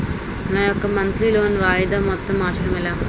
నా యెక్క monthly loan వాయిదా మొత్తం మార్చడం ఎలా?